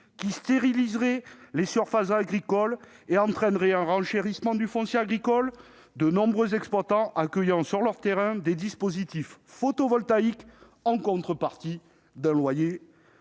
qui stériliseraient les surfaces agricoles et entraîneraient un renchérissement du foncier agricole, de nombreux exploitants accueillant sur leurs terrains des dispositifs photovoltaïques en contrepartie d'un loyer